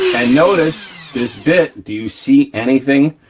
and notice this bit, do you see anything,